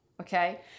okay